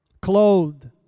clothed